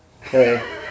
hey